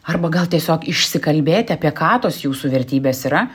arba gal tiesiog išsikalbėti apie ką tos jūsų vertybės yra